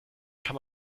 kann